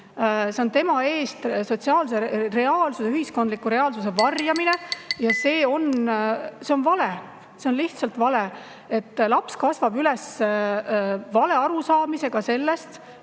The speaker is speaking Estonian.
see on tema eest sotsiaalse reaalsuse, ühiskondliku reaalsuse varjamine ja see on vale. See on lihtsalt vale, et laps kasvab üles vale arusaamisega sellest,